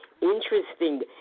interesting